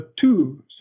two